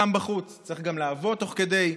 חם בחוץ, צריך גם לעבוד תוך כדי,